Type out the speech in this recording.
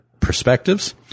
Perspectives